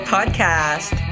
Podcast